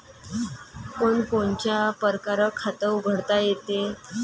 कोनच्या कोनच्या परकारं खात उघडता येते?